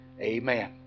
Amen